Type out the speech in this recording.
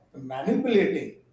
manipulating